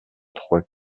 trois